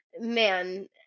man